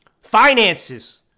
finances